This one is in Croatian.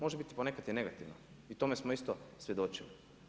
Može biti i ponekad negativno i tome smo isto svjedočili.